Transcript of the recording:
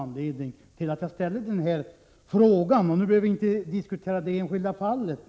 Nu behöver vi inte diskutera det enskilda fallet.